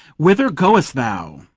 whither goest thou?